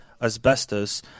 asbestos